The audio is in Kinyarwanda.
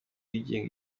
yigenga